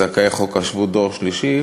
זכאי חוק השבות דור שלישי,